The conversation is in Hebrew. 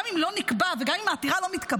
גם אם לא נקבע וגם אם העתירה לא מתקבלת,